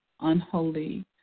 unholy